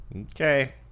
Okay